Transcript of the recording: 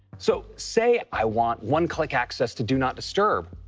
so, say i want one-click access to do not disturb.